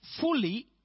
fully